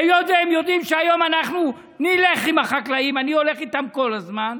והיות שהם יודעים שהיום אנחנו נלך עם החקלאים אני הולך איתם כל הזמן,